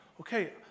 okay